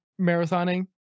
marathoning